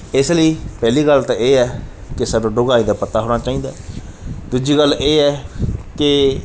ਇਸ ਲਈ ਪਹਿਲੀ ਗੱਲ ਤਾਂ ਇਹ ਹੈ ਕਿ ਸਾਡਾ ਡੂੰਘਾਈ ਦਾ ਪਤਾ ਹੋਣਾ ਚਾਹੀਦਾ ਦੂਜੀ ਗੱਲ ਇਹ ਹੈ ਕਿ